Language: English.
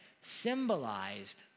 symbolized